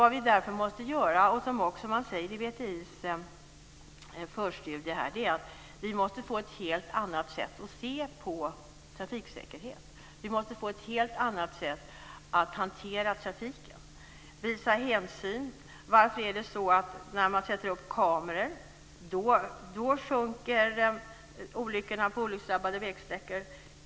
Vad vi därför måste göra, som man också säger i VTI:s förstudie, är att få ett helt annat sätt att se på trafiksäkerhet och ett helt annat sätt att hantera trafiken - att visa hänsyn. Varför är det så att när man sätter upp kameror minskar antalet olyckor på olycksdrabbade vägsträckor?